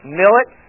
millet